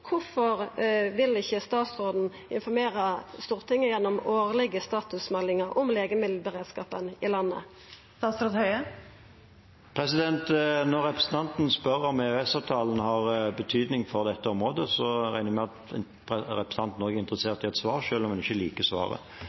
om legemiddelberedskapen i landet gjennom årlege statusmeldingar? Når representanten Toppe spør om EØS-avtalen har betydning for dette området, regner jeg med at hun er interessert i et svar, selv om hun ikke liker svaret.